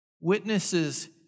Witnesses